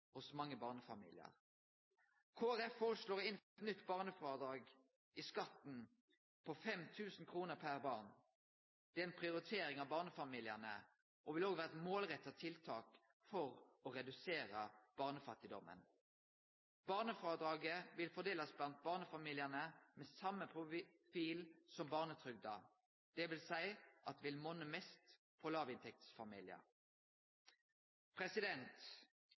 hos mange barnefamiliar. Kristeleg Folkeparti foreslår å innføre eit nytt barnefrådrag i skatten på 5 000 kr per barn. Det er ei prioritering av barnefamiliane og vil òg vere eit målretta tiltak for å redusere barnefattigdommen. Barnefrådraget skal fordelast blant barnefamiliane med same profil som barnetrygda, dvs. at det vil monne mest